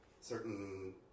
certain